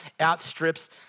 outstrips